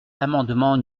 l’amendement